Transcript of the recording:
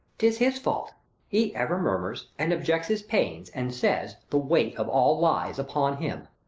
tis his fault he ever murmurs, and objects his pains, and says, the weight of all lies upon him.